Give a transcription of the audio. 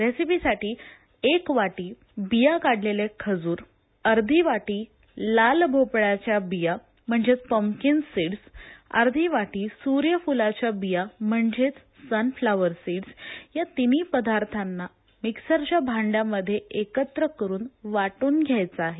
रेसिपीसाठी एक वाटी बिया काढलेले खज्र अर्धी वाटी लाल भोपळ्याच्या बिया म्हणजेच पंपकीन सीडस् अर्धी वाटी स्र्यफुलाच्या बिया म्हणजेच सनफ्रॉवर सीडस् या तीनही पदार्थांना मिक्सरच्या भांड्यामध्ये एकत्र करून वाट्रन घ्यायचं आहे